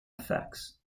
effects